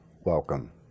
welcome